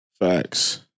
facts